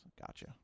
gotcha